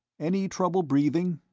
any trouble breathing?